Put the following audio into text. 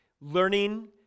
learning